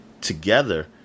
together